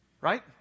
right